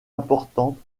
importante